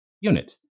units